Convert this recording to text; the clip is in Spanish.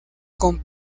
con